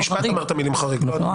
בית המשפט אמר את המילים חריג, לא אני.